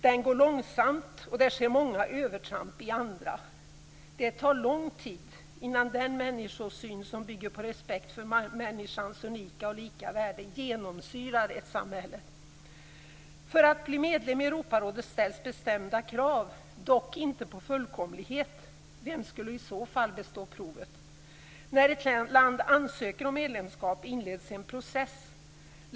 Den går långsamt, och det sker många övertramp i andra länder. Det tar lång tid innan den människosyn som bygger på respekt för varje människas unika och lika värde genomsyrar ett samhälle. För att ett land skall få bli medlem i Europarådet ställs bestämda krav, dock inte på fullkomlighet. Vem skulle i så fall bestå provet? När ett land ansöker om medlemskap inleds en process.